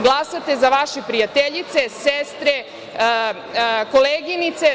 Glasate za vaše prijateljice, sestre, koleginice.